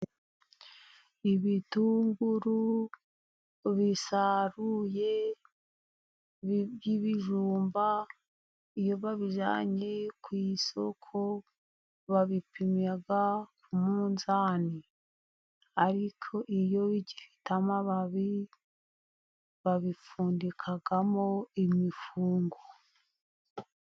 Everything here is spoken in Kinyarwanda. Ibitunguru bisaruye by'ibijumba, iyo babijyanye ku isoko babipima ku munzani. Ariko iyo bigifite amababi babipfundikamo imifungo.